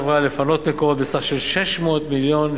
על-ידי הפחתת דמי ההבראה,